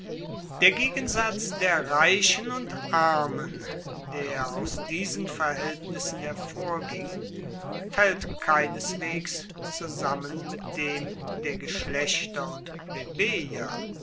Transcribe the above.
der gegensatz der reichen und armen der aus diesen verhaeltnissen hervorging faellt keineswegs zusammen mit dem der geschlechter und